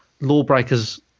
Lawbreakers